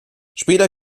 später